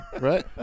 Right